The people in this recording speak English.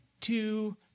two